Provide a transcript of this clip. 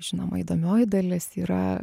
žinoma įdomioji dalis yra